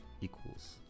equals